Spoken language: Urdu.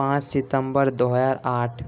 پانچ سپتمبر دو ہزار آٹھ